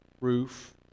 roof